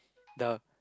the